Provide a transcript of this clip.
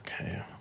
Okay